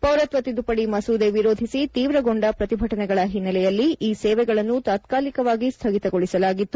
ಪೌರತ್ವ ತಿದ್ದುಪದಿ ಮಸೂದೆ ವಿರೋಧಿಸಿ ತೀವ್ರಗೊಂದ ಪ್ರತಿಭಟನೆಗಳ ಹಿನ್ನೆಲೆಯಲ್ಲಿ ಈ ಸೇವೆಗಳನ್ನು ತಾತ್ಕಾಲಿಕವಾಗಿ ಸ್ವಗಿತಗೊಳಿಸಲಾಗಿತ್ತು